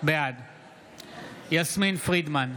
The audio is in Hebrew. בעד יסמין פרידמן,